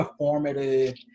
performative